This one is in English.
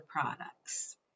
products